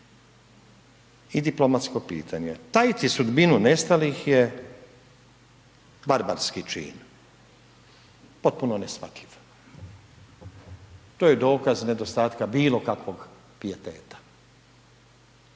i diplomatsko pitanje. Tajiti sudbinu nestalih je barbarski čin potpuno neshvatljiv. To je dokaz nedostatka bilo kakvog pijeteta.